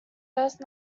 first